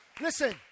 Listen